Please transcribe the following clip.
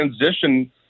transition